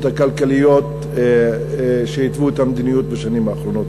הכלכליות שהתוו את המדיניות בשנים האחרונות.